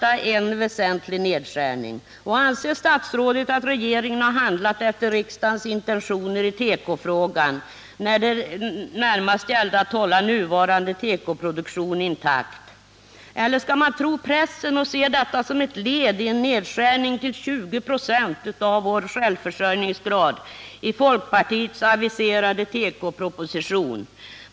Anser statsrådet att regeringen har handlat efter riksdagens intentioner i fråga om tekoindustrin, som närmast avsåg att hålla nuvarande tekoproduktion intakt? Eller skall man tro på pressen och se detta som ett led i en nedskärning till 20 96 av vår försörjningsgrad, såsom det lär stå i folkpartiets aviserade tekoproposition?